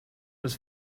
was